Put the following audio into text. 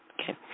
Okay